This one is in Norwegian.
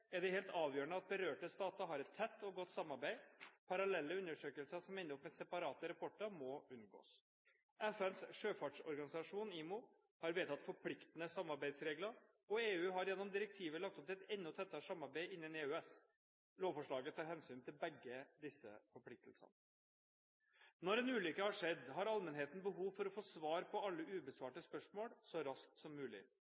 er det helt avgjørende at berørte stater har et tett og godt samarbeid. Parallelle undersøkelser som ender opp med separate rapporter, må unngås. FNs sjøfartsorganisasjon, IMO, har vedtatt forpliktende samarbeidsregler, og EU har gjennom direktivet lagt opp til et enda tettere samarbeid innen EØS. Lovforslaget tar hensyn til begge disse forpliktelsene. Når en ulykke har skjedd, har allmennheten behov for å få svar på alle